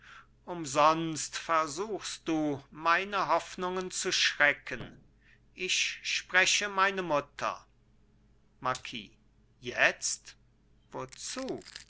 umsonst versuchst du meine hoffnungen zu schrecken ich spreche meine mutter marquis jetzt wozu